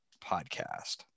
podcast